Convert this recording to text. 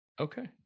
okay